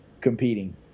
competing